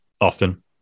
Austin